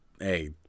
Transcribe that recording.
hey